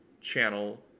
channel